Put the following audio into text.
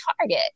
target